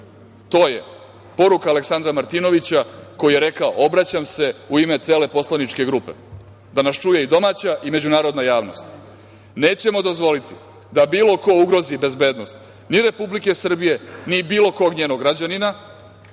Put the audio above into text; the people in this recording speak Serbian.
to je poruka Aleksandra Martinovića koji je rekao – obraćam se u ime cele poslaničke grupe, da nas čuje i domaća i međunarodna javnost, nećemo dozvoliti da bilo ko ugrozi bezbednost ni Republike Srbije, ni bilo kog njenog građanina,